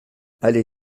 allez